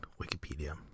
Wikipedia